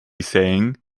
saying